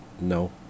no